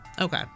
Okay